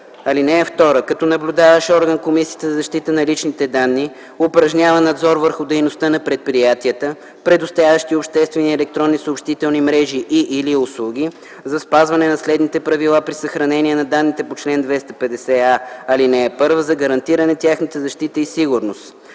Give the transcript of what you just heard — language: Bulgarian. ал. 1. (2) Като наблюдаващ орган Комисията за защита на личните данни упражнява надзор върху дейността на предприятията, предоставящи обществени електронни съобщителни мрежи и/или услуги, за спазване на следните правила при съхранение на данните по чл. 250а, ал. 1 за гарантиране тяхната защита и сигурност: